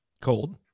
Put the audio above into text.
Cold